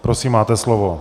Prosím, máte slovo.